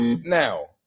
Now